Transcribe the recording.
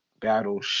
battle